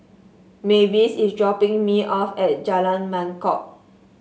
Mavis is dropping me off at Jalan Mangkok